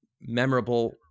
memorable